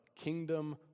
kingdom